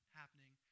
happening